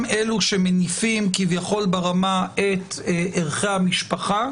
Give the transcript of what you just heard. אלו שמניפים כביכול ברמה את ערכי המשפחה,